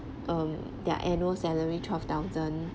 um their annual salary twelve thousand